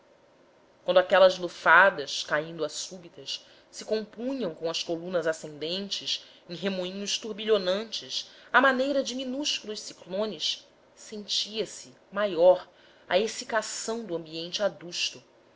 quando aquelas lufadas caindo a súbitas se compunham com as colunas ascendentes em remoinhos turbilhonantes à maneira de minúsculos ciclones sentia-se maior a exsicação do ambiente adusto